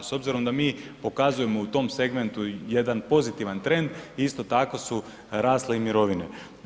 S obzirom da mi pokazujemo u tom segmentu jedan pozitivan trend, isto tako su rasle mirovine.